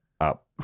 Up